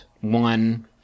one